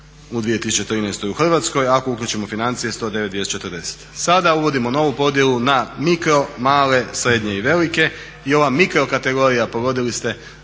u 2013. u Hrvatskoj, ako uključimo financije 109 240. Sada uvodimo novu podjelu na mikro, male, srednje i velike i ova mikro kategorija pogodili ste